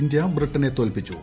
India ബ്രിട്ടനെ തോൽപ്പിച്ചു